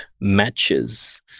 matches